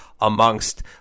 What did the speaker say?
amongst